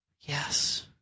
Yes